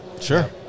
Sure